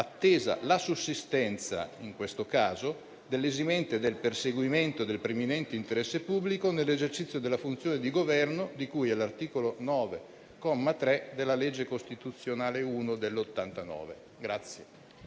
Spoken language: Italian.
attesa la sussistenza, in questo caso, dell'esimente del perseguimento del preminente interesse pubblico nell'esercizio della funzione di Governo di cui all'articolo 9, comma 3, della legge costituzionale n. 1 del 1989. **Saluto